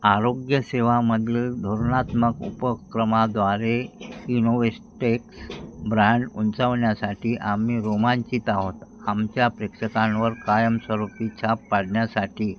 आरोग्यसेवामधलं धोरणात्मक उपक्रमांद्वारे इनोवेस्टेक्स ब्रँड उंचावण्यासाठी आम्ही रोमांचित आहोत आमच्या प्रेक्षकांवर कायमस्वरूपी छाप पाडण्यासाठी